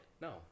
no